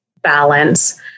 balance